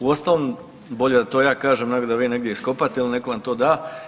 Uostalom bolje da to ja kažem, nego da vi negdje iskopate ili netko vam to da.